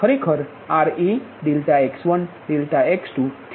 ખરેખર R એ ∆x1 ∆x2